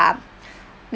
are